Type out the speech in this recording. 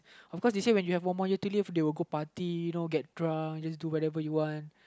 of course they say when you have one more year to live they will go party you know get drunk do whatever you want